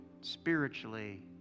spiritually